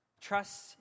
Trust